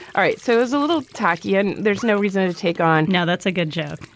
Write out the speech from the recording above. all right. so it's a little tacky and there's no reason to take on. now, that's a good joke.